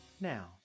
Now